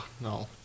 No